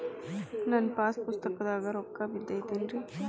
ನನ್ನ ಪಾಸ್ ಪುಸ್ತಕದಾಗ ರೊಕ್ಕ ಬಿದ್ದೈತೇನ್ರಿ?